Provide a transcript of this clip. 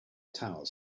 tower